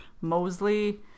Mosley